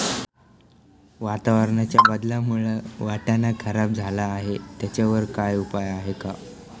वातावरणाच्या बदलामुळे वाटाणा खराब झाला आहे त्याच्यावर काय उपाय आहे का?